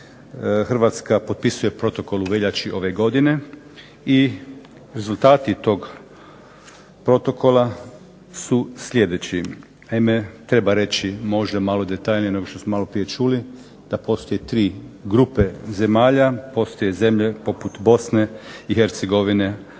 Hrvatska potpisuje protokol u veljači ove godine i rezultati tog protokola su sljedeći. Naime treba reći možda malo detaljnije nego što smo maloprije čuli, da postoje tri grupe zemalja, postoje zemlje popu Bosne i Hercegovine,